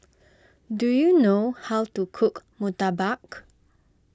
do you know how to cook Murtabak